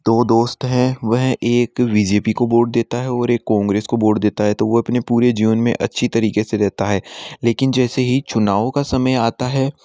दो दोस्त हैं वह एक बी जे पी को वोट देता है और एक कोंग्रेस को वोट देता है तो वो अपने पूरे जीवन में अच्छी तरीके से रहता है लेकिन जैसे ही चुनाव का समय आता है